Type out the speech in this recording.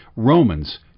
Romans